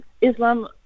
Islam